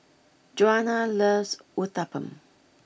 Djuana loves Uthapam